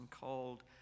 called